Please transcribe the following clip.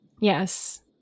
Yes